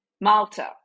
Malta